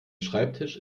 schreibtisch